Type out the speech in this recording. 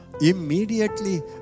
Immediately